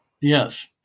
Yes